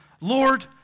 Lord